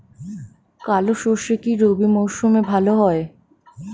কালো সরষে কি রবি মরশুমে ভালো হয়?